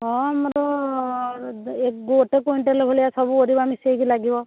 ହଁ ଆମର ଗୋଟେ କୁଇଣ୍ଟାଲ ଭଳିଆ ସବୁ ପରିବା ମିଶାଇକି ଲାଗିବ